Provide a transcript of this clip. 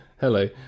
Hello